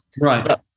Right